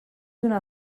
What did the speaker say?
una